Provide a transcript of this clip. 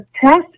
test